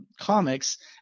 comics